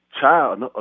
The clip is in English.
child